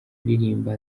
kuririmba